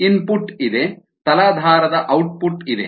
input ಇದೆ ತಲಾಧಾರದ output ಇದೆ